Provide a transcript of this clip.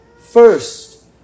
First